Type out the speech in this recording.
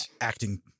acting